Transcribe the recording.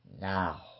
now